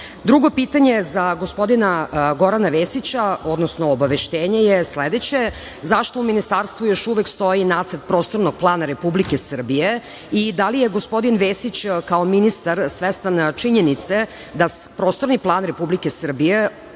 delo. Drugo pitanje za gospodina Gorana Vesića, odnosno obaveštenje je sledeće – zašto u Ministarstvu još uvek stoji Nacrt prostornog plana Republike Srbije i da li je gospodin Vesić kao ministar svestan činjenice da Prostorni plan Republike Srbije